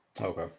Okay